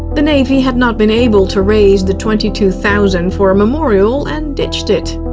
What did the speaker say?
the navy had not been able to raise the twenty two thousand for a memorial and ditched it.